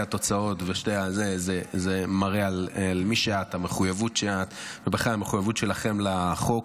זה מראה את מי שאת, את המחויבות שלך ושלכם לחוק.